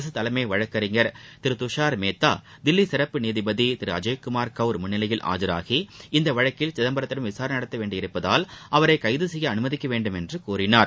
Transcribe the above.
அரசு தலைமை வழக்கறிஞர் திரு துஷார் மேத்தா தில்லி சிறப்பு நீதிபதி திரு அஜய் குமார் கவுர் முன்னிலையில் ஆஜராகி இந்த வழக்கில் சிதம்பரத்திடம் விசாரணை நடத்த வேண்டியுள்ளதால் அவரை கைது செய்ய அனுமதிக்க வேண்டும் என்று கோரினார்